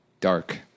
Dark